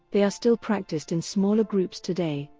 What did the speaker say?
they are still practiced in smaller groups today,